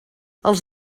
els